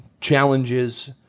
challenges